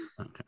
Okay